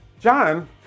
John